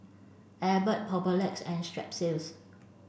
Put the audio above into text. Abbott Papulex and Strepsils